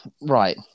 Right